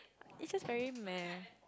it just very meh